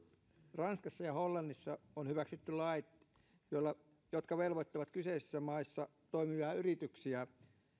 ranskassa ja hollannissa on hyväksytty lait jotka velvoittavat kyseisissä maissa toimivia yrityksiä